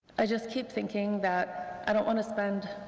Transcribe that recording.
i just keep thinking that i don't want to spend